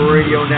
Radio